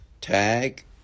Tag